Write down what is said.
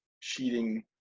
cheating